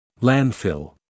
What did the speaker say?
Landfill